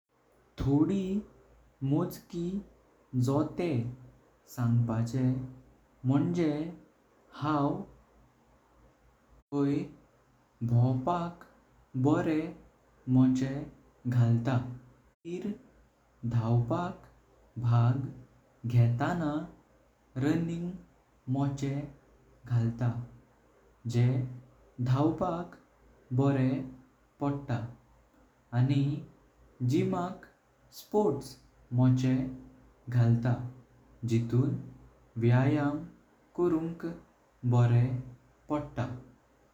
थोडी मोजकी जोडें सांगपाचें माझे हांव भाय भोपाल बोरें मचें घालता। मगिर धावपाक भाग घेणांत रनिंग मचें घालता जे धावपाक बोरें पडता। आनी जिमाक स्पोर्ट्स मचें घालता जिथून व्यायाम करूनक बोरें पडता।